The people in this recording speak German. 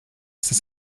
ist